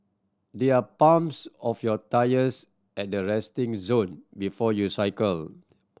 there are pumps of your tyres at the resting zone before you cycle